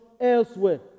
elsewhere